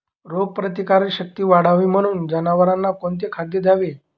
रोगप्रतिकारक शक्ती वाढावी म्हणून जनावरांना कोणते खाद्य द्यावे?